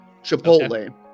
Chipotle